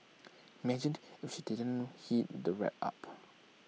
imagine if she didn't heat the wrap up